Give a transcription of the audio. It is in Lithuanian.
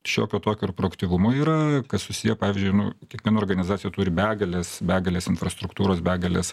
šiokio tokio ir proaktyvumo yra kas susiję pavyzdžiui nu kiekviena organizacija turi begalės begalės infrastruktūros begalės